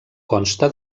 consta